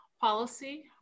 policy